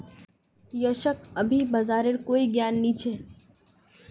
यशक अभी बाजारेर कोई ज्ञान नी छ